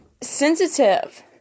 sensitive